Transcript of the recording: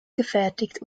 gefertigt